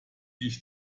ich